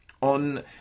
On